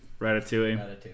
Ratatouille